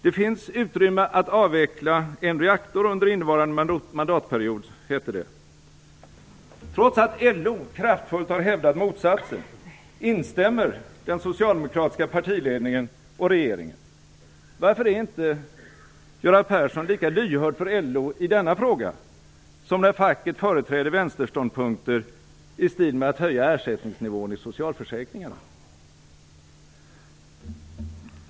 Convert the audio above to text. Det finns utrymme för att avveckla en reaktor under innevarande mandatperiod, hette det. Trots att LO kraftfullt har hävdat motsatsen, instämmer den socialdemokratiska partiledningen och regeringen. Varför är inte Göran Persson lika lyhörd för LO i denna fråga som när facket företräder vänsterståndpunkter i stil med att höja ersättningsnivån i socialförsäkringarna?